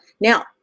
Now